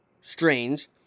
Strange